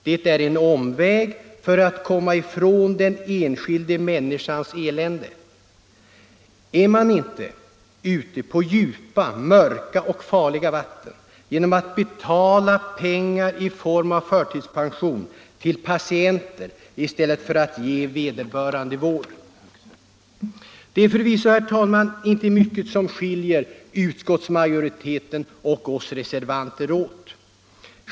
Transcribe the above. Det är en omväg för att komma ifrån den enskilda människans elände. Är man inte ute på djupa, mörka och farliga vatten genom att betala pengar i form av förtidspension i stället för att ge vederbörande vård? Det är förvisso, herr talman, inte mycket som skiljer utskottsmajoriteten och reservanterna åt.